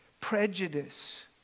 prejudice